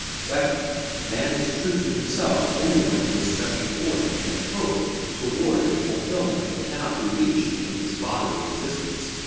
second man is true to himself only when he is stretching forth in hope toward a fulfillment that cannot be reached in his bodily existence.